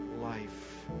life